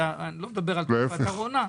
ואני לא מדבר על תקופת הקורונה,